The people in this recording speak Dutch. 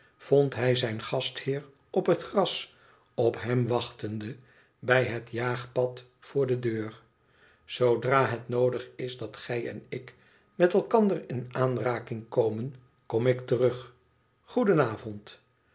vond hij zijn gastheer op het gras op hem wachtende bij het jaagpad voor de deur zoodra het noodig is dat gij en ik met elkander in aanraking komen kom ik terug goedenavond